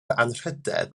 anrhydedd